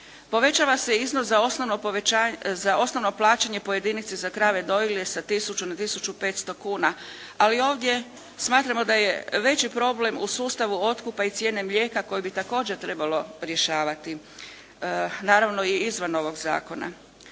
Povećava se iznos za osnovno plaćanje po jedinici za krave dojilje sa tisuću na tisuću 500 kuna, ali ovdje smatramo da je veći problem u sustavu otkupa i cijene mlijeka koje bi također trebalo rješavati, naravno i izvan ovog zakona.